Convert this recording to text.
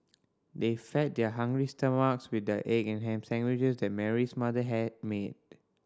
they fed their hungry stomachs with the egg and ham sandwiches that Mary's mother had made